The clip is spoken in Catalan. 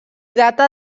data